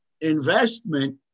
investment